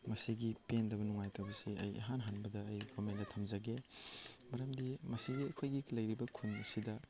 ꯃꯁꯤꯒꯤ ꯄꯦꯟꯗꯕ ꯅꯨꯡꯉꯥꯏꯇꯕꯁꯦ ꯑꯩ ꯏꯍꯥꯟ ꯍꯥꯟꯕꯗ ꯑꯩ ꯒꯚꯔꯟꯃꯦꯟꯗ ꯊꯝꯖꯒꯦ ꯃꯔꯝꯗꯤ ꯃꯁꯤ ꯑꯩꯈꯣꯏꯒꯤ ꯂꯩꯔꯤꯕ ꯈꯨꯟ ꯑꯁꯤꯗ